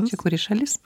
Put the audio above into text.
čia kuri šalis